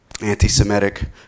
anti-Semitic